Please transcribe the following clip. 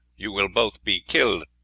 you will both be killed.